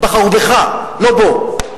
בחרו בך, לא בו.